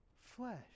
flesh